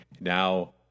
Now